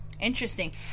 Interesting